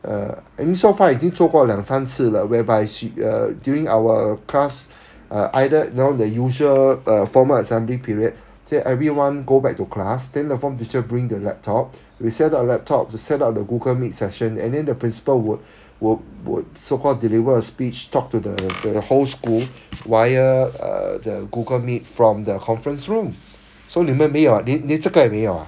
I mean so far 已经做过两三次了 whereby she err during our class uh either know the usual uh formal assembly period say everyone go back to class then the form teacher bring the laptop we set up the laptop we set up the google meet session and then the principal will will will so called delivered a speech talk to the the whole school via uh the google meet from the conference room so 你们没有 ah 连这个也没有 ah